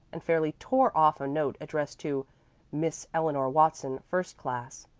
and fairly tore off a note addressed to miss eleanor watson first class.